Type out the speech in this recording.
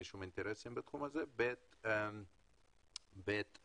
אין לי שום אינטרסים בתחום הזה ודבר שני,